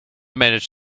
managed